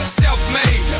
self-made